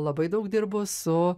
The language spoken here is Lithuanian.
labai daug dirbu su